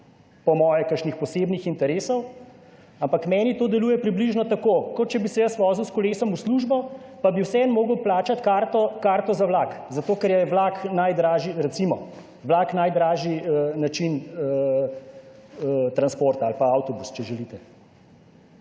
po moje kakšnih posebnih interesov. Ampak meni to deluje približno tako, kot če bi se jaz vozil s kolesom v službo, pa bi vseeno moral plačati karto za vlak, zato ker je recimo vlak najdražji način transporta ali pa avtobus, če želite.